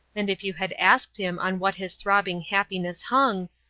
and if you had asked him on what his throbbing happiness hung,